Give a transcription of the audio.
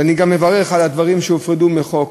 ואני גם מברך על הדברים שהופרדו מחוק